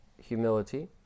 humility